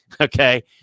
Okay